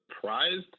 surprised